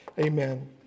amen